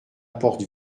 porte